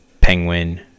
penguin